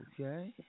Okay